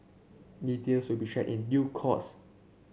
details will be shared in due course